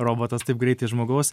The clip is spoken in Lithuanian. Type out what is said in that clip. robotas taip greitai žmogaus